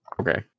Okay